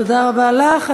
תודה רבה לך.